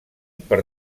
per